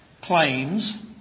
claims